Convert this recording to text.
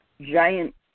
giant